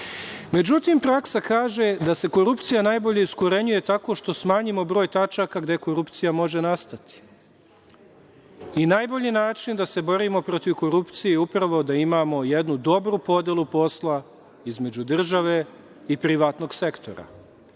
se.Međutim, praksa kaže da se korupcija najbolje iskorenjuje tako što smanjimo broj tačaka gde korupcija može nastati. Najbolji način da se borimo protiv korupcije je upravo da imamo jednu dobru podelu posla između države i privatnog sektora.